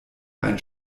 ein